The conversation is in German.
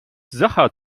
sacher